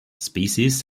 species